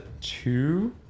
two